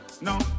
No